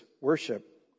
worship